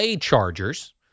Chargers